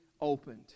opened